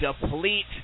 deplete